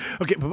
Okay